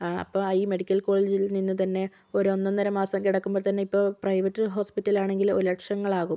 ആ അപ്പോൾ ഈ മെഡിക്കൽ കോളേജിൽ നിന്ന് തന്നെ ഒരു ഒന്ന് ഒന്നര മാസം കിടക്കുമ്പോൾ തന്നെ ഇപ്പോൾ പ്രൈവറ്റ് ഹോസ്പിറ്റലാണെങ്കിൽ ഒ ലക്ഷങ്ങൾ ആകും